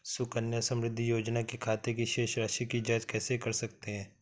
सुकन्या समृद्धि योजना के खाते की शेष राशि की जाँच कैसे कर सकते हैं?